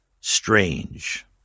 strange